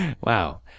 Wow